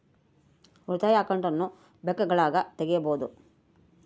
ಉಳಿತಾಯ ಅಕೌಂಟನ್ನ ಬ್ಯಾಂಕ್ಗಳಗ ತೆಗಿಬೊದು